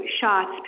shots